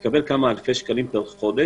יקבל כמה אלפי שקלים כל חודש,